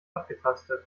abgetastet